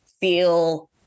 feel